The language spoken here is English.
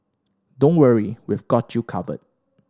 don't worry we've got you covered